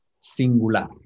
singular